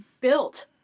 built